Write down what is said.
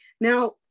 Now